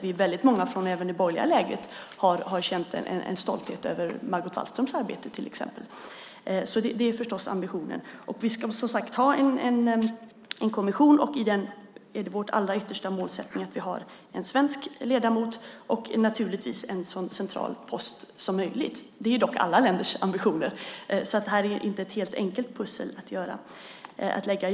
Vi är många från det borgerliga lägret som har känt en stolthet över Margot Wallströms arbete. Det är förstås ambitionen. Vi ska ha en kommission, och det är vårt allra yttersta mål att det ska finnas en svensk ledamot och naturligtvis på en så central post som möjligt. Det är dock alla länders ambitioner. Det här är inte ett helt enkelt pussel att lägga.